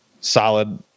solid